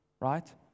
right